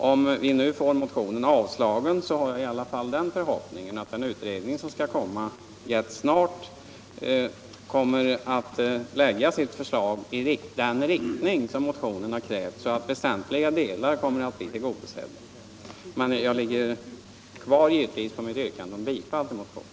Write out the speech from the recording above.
Om vi nu får vår motion avslagen hyser jag i alla fall den förhoppningen att en utredning ganska snart lägger fram ett förslag i den riktning som motionen kräver, så att våra krav blir i väsentliga delar tillgodosedda. Herr talman! Jag vidhåller givetvis mitt yrkande om bifall till motionen.